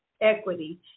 equity